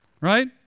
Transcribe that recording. Right